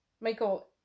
Michael